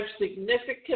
significant